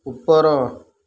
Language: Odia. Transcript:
ଉପର